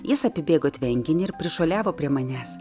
jis apibėgo tvenkinį ir prišuoliavo prie manęs